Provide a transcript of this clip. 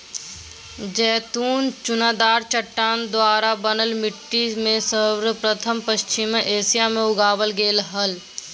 जैतून चुनादार चट्टान द्वारा बनल मिट्टी में सर्वप्रथम पश्चिम एशिया मे उगावल गेल हल